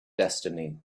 destiny